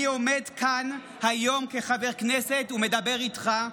אני עומד כאן היום כחבר כנסת ומדבר איתך,